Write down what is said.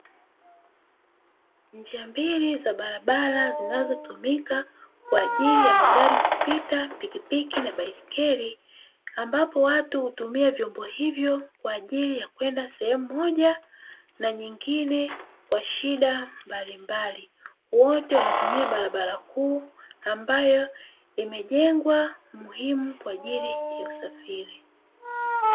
Njia mbili za barabara zinazotumika kwa ajili ya magari kupita pikipiki na baiskeli, ambapo watu hutumia vyombo hivyo kwa ajili ya kuenda sehemu moja na nyingine kwa shida mbali mbali, wote wanatumia barabara kuu ambayo imejengwa muhimu kwa ajili ya usafiri.